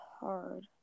hard